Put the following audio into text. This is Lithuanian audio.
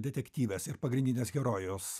detektyvės ir pagrindinės herojos